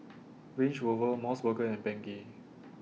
Range Rover Mos Burger and Bengay